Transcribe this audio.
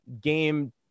game